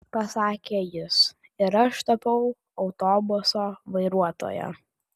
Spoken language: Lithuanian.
pasakė jis ir aš tapau autobuso vairuotoja